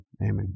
Amen